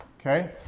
Okay